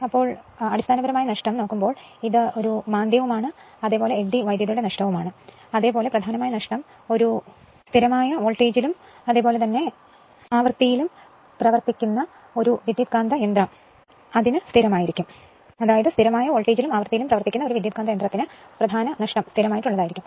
അതിനാൽ പ്രധാന നഷ്ടം എന്ന് പറയുന്നത് ഹിസ്റ്റെറിസിസും എഡ്ഡി കറന്റ് നഷ്ടങ്ങളുമാണ് സ്ഥിരമായ വോൾട്ടേജിലും ആവൃത്തിയിലും പ്രവർത്തിക്കുന്ന ഒരു ട്രാൻസ്ഫോർമറിന് കോർ നഷ്ടം സ്ഥിരമാണ്